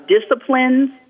disciplines